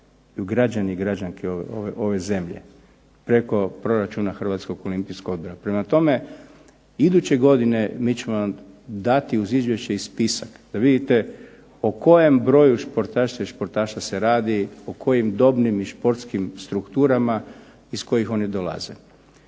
građani i građanke ove zemlje preko proračuna Hrvatskog olimpijskog odbora. Prema tome, iduće godine mi ćemo vam dati i uz izvješće i spisak da vidite o kojem broju sportašica i sportaša se radi, o kojim dobnim i sportskim strukturama iz kojih oni dolaze.